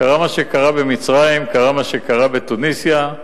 קרה מה שקרה במצרים, וקרה מה שקרה בתוניסיה.